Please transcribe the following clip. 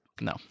no